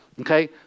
Okay